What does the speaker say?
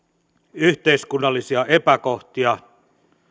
yhteiskunnallisia epäkohtia